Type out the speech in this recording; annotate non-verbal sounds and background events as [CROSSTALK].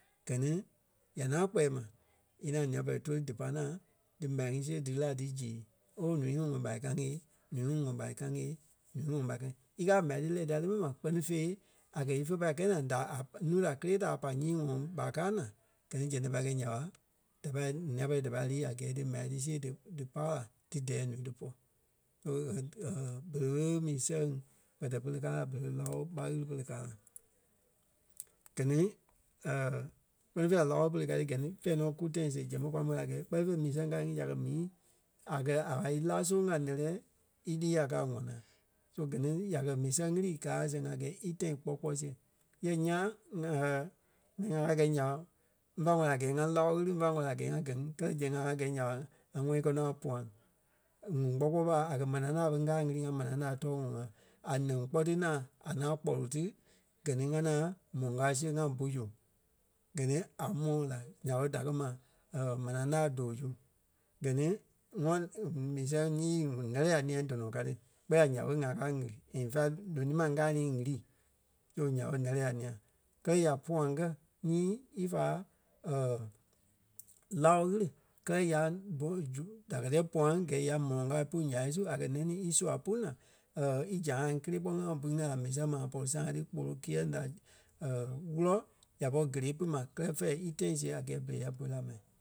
gɛ ni ya ŋaŋ kpɛɛ ma, í ŋaŋ nîa-pɛlɛɛ tóli dí pai ŋaŋ dí m̀á ŋí siɣe dí lí la dí ziɣe. Ooo ǹúu ŋí wɔ̀ ɓai ka ŋí ee ǹúu ŋí wɔ̀ ɓai ka ŋí ee ǹúu ŋí wɔ̀ ɓai ka. Í káa m̀á ti lɛ́ dia le mɛni ma kpɛ́ni fêi a kɛ̀ ífe pâi kɛi naa da a núu da kelee da a pai nyii ŋɔŋ ɓa káa ŋaŋ gɛ ni zɛŋ da pâi gɛi nya ɓa, da pâi nîa-pɛlɛɛ da pâi lii a gɛɛ dí m̀á ti see dí dí pa la dí dɛɛ ǹúu ti pɔ́. [UNINTELLIGIBLE] berei ɓe mii sɛŋ kpɛtɛ pere káa la berei ɓe láo ɓa ɣili pere kaa la. Gɛ ni [HESITATION] kpɛ́ni fêi la láo pere ka ti gɛ ni fɛ̂ɛ nɔ kú tãi siɣe zɛŋ ɓé kwa môi a gɛɛ kpɛ́ni fêi mii kaa ŋí ya kɛ́ mii a kɛ̀ a wa í ǹá zoŋ a ǹɛ́lɛɛ ílîi a kɛ̀ a ŋwana. So gɛ ni ya kɛ́ mii sɛŋ ɣili gaa a sɛŋ a gɛɛ í tãi kpɔ́ kpɔɔi siɣe. Yɛ ńyãa [HESITATION] mɛni ŋa pai gɛi nya ɓa, ḿva ŋwɛli a gɛɛ láo ɣili, ḿva ŋwɛli a gɛɛ gɛ ŋí kɛ́ zɛŋ ŋá pai gɛi nya ɓa ŋa wɛlii e kɛ nɔ a puaŋ. ŋuŋ kpɔ́ kpɔɔi ɓa a kɛ̀ manaa laa ɓe ŋ́gaa ɣili ŋá manaa láa tɔɔ ŋɔŋ ŋa a nɛŋ kpɔ́ ti ŋaŋ, a ŋaŋ kpɔlu ti gɛ ni ŋa ŋaŋ mɔlɔŋ kao siɣe ŋá bu zu. Gɛ ni a mɔ́ la. Ya ɓé da kɛ́ ma [HESITATION] manaa láa dòo zu. Gɛ ni ŋwa- mii sɛŋ nyii nɛ́lɛɛ a ńîa dɔnɔ ka ti kpɛɛ la nya ɓé ŋá kaa ɣili in fact lonii ma ŋ́gaa ni ɣili. So nya ɓé ǹɛ́lɛɛ a ńîa. Kɛ́lɛ ya puaŋ kɛ nyii ífa [HESITATION] láo ɣili kɛlɛ ya polu zu- da kɛ̀ diyɛ puaŋ gɛɛ ya mɔlɔŋ kao pú ǹyai su a kɛ̀ nɛŋ nii í sua pú naa [HESITATION] í zãa kelee kpɔ́ ŋai bui ŋí a mii sɛŋ maa pɔlɔ sãa ti kpolo kiyɛŋ da [HESITATION] wúlɔ ya pɔri gélee pui ma kɛlɛ fɛ̂ɛ í tãi siɣe a gɛɛ berei ya bui la mai.